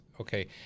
okay